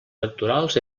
electorals